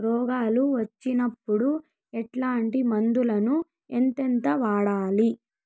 రోగాలు వచ్చినప్పుడు ఎట్లాంటి మందులను ఎంతెంత వాడాలి?